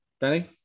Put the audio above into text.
Danny